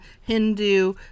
Hindu